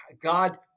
God